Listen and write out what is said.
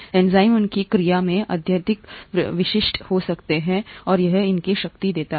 enzyme उनकी क्रिया में अत्यधिक विशिष्ट हो सकते हैं और यही इसकी शक्ति देता है